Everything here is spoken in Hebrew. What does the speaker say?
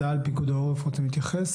צה"ל, פיקוד העורף רוצים להתייחס?